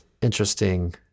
interesting